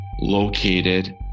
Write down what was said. located